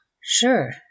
Sure